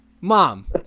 mom